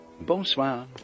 Bonsoir